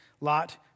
Lot